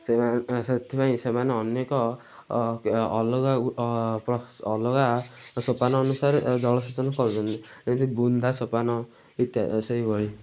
ସେଇ ସେଥିପାଇଁ ସେମାନେ ଅନେକ ଅ ଅ ଅଲଗା ଅ ଅଲଗା ସୋପାନ ଅନୁସାରେ ଜଳସେଚନ କରୁଛନ୍ତି ଯେମିତି ବୁନ୍ଦା ସୋପାନ ଇତ୍ୟା ସେହିଭଳି